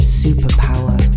superpower